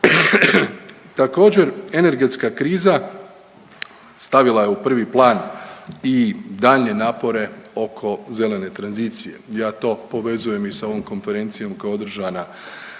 Također energetska kriza stavila je u prvi plan i daljnje napore oko zelene tranzicije. Ja to povezujem i sa ovom konferencijom koja je održana